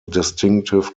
distinctive